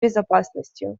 безопасностью